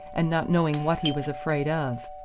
and not knowing what he was afraid of.